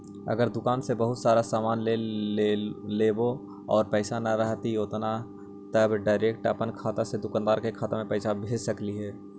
अगर दुकान से बहुत सारा सामान ले लेबै और पैसा न रहतै उतना तब का डैरेकट अपन खाता से दुकानदार के खाता पर पैसा भेज सकली हे?